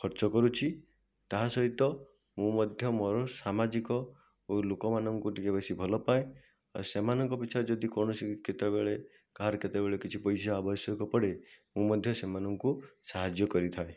ଖର୍ଚ୍ଚ କରୁଛି ତା ସହିତ ମୁଁ ମଧ୍ୟ ମୋର ସାମାଜିକ ଲୋକମାନଙ୍କୁ ଟିକେ ବେଶି ଭଲ ପାଏ ସେମାନଙ୍କ ପିଛା ଯଦି କୌଣସି କେତେବେଳେ କାହାର କେତେବେଳେ କିଛି ପଇସା ଆବଶ୍ୟକ ପଡ଼େ ମୁଁ ମଧ୍ୟ ସେମାନଙ୍କୁ ସାହାଯ୍ୟ କରିଥାଏ